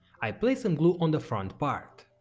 i place um glue on the front part.